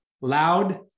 loud